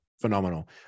Phenomenal